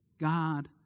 God